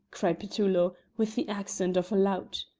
cried petullo, with the accent of a lout.